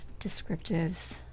descriptives